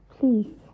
please